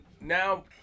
now